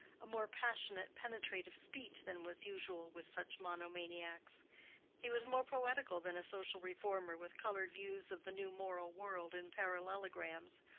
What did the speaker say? a more passionate, penetrative speech than was usual with such monomaniacs he was more poetical than a social reformer with colored views of the new moral world in parallelograms,